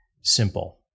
simple